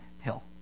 Hill